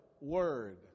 word